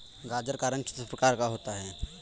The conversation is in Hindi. गाजर का रंग किस प्रकार का होता है?